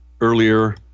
earlier